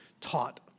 taught